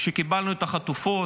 כשקיבלנו את החטופות,